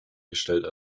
gestalt